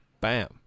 bam